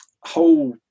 whole